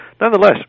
nonetheless